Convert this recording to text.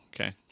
Okay